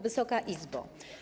Wysoka Izbo!